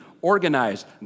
organized